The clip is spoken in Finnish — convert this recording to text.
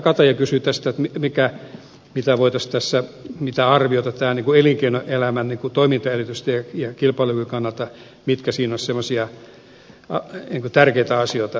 kataja kysyi tästä mikä pitää voitosta se mitä arvioita tänne arviota elinkeinoelämän toimintaedellytysten ja kilpailukyvyn kannalta mitkä siinä olisivat semmoisia tärkeitä asioita